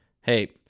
hey